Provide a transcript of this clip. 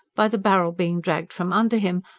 by the barrel being dragged from under him,